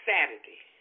Saturday